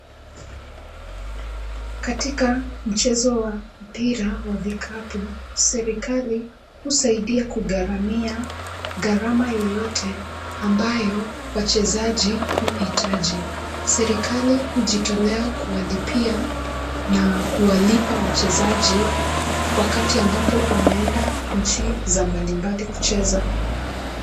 Katika mchezo wa mpira wa vikapu serikali husaidia kugharamia gharama yoyote ambayo wachezaji huhitaji. Serikali hujitolea kuwalipia na kuwalipa wachezaji wakati ambapo wanaenda nchi za mbalimbali kucheza.